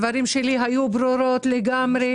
הדברים שלי היו ברורים לגמרי.